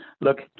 look